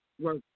work